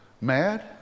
mad